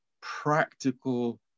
practical